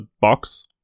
box